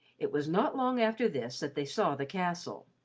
it was not long after this that they saw the castle.